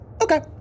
Okay